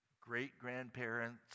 great-grandparents